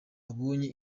abonye